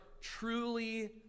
truly